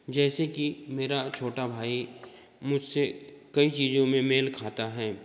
जैसे कि मेरा छोटा भाई मुझसे कई चीज़ों में मेल खाता हैं